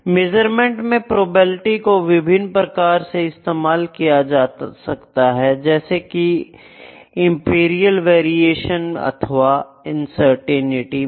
measurement में probability को विभिन्न प्रकार से इस्तेमाल किया जा सकता है जैसे कि एम्पिरिकल वेरिएशन में अथवा अनसर्टेंटी मे